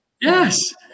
Yes